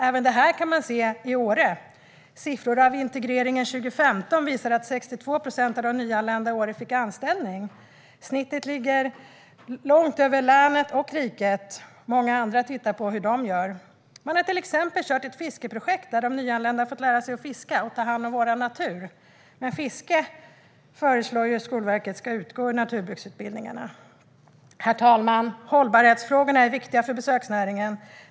Även det här kan man se i Åre; siffrorna för integreringen 2015 visar att 62 procent av de nyanlända det året fick anställning. Snittet ligger långt över länet och riket. Många andra tittar på hur de gör. Man har till exempel kört ett fiskeprojekt, där de nyanlända fått lära sig att fiska och ta hand om vår natur. Men fiske föreslår ju Skolverket ska utgå ur naturbruksutbildningarna. Herr talman! Hållbarhetsfrågorna är viktiga för besöksnäringen.